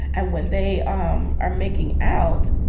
and when they um are making out,